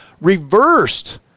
reversed